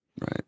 Right